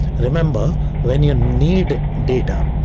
remember when you need data.